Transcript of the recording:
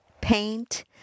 paint